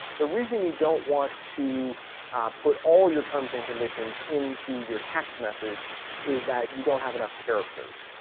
the reason you don't want to put all your terms and conditions into your text message is that you don't have enough characters.